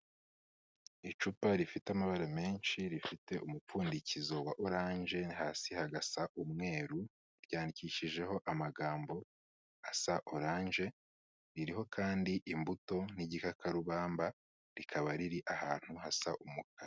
Icupa rifite amabara menshi rifite umupfundikizo wa oranje, hasi hagasa umweru ryandikishijeho amagambo asa oranje, ririho kandi imbuto n'igikakarubamba rikaba riri ahantu hasa umukara.